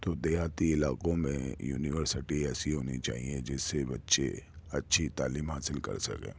تو دیہاتی علاقوں میں یونیورسٹی ایسی ہونی چاہیے جس سے بچے اچھی تعلیم حاصل کر سکیں